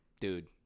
Dude